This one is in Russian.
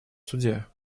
суде